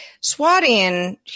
Swatting